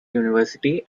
university